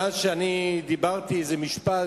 מאז שאמרתי איזה משפט,